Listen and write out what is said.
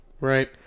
Right